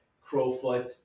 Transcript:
Crowfoot